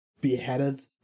beheaded